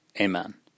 Amen